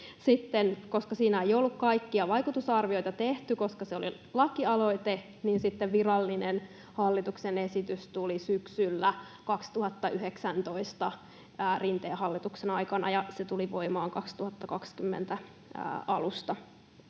Koska siinä ei ollut kaikkia vaikutusarvioita tehty, koska se oli lakialoite, virallinen hallituksen esitys tuli sitten syksyllä 2019 Rinteen hallituksen aikana, ja se tuli voimaan 2020 alusta.